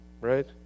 right